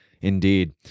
Indeed